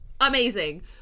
Amazing